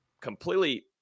completely